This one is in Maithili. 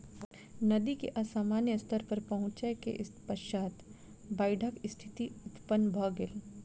नदी के असामान्य स्तर पर पहुँचै के पश्चात बाइढ़क स्थिति उत्पन्न भ गेल